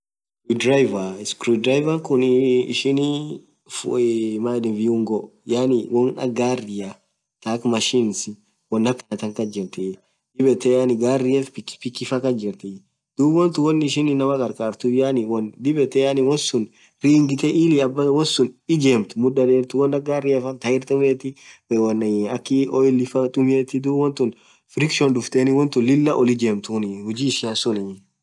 screwdriver screwdriver khunii ishinii fuu iii viungoo yaani wonn akhaa garia thaa akha machines wonn akhathan jirthi dhib yethe gariaafaa pikpiki faan kas jirthi dhub wonthuun wonn ishin inamaa khakharthuf wonn dhib yethe yaani wonsun righithe illi wonsun ijemthu mudha dherthuu wonn akha gariaafaa tairi thumeti wonn akhi oili faa tumethi dhub wonn tun friction dhuften wonn tun Lilah olll ijemthun huji ishian suun